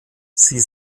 sie